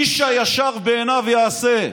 איש הישר בעיניו יעשה.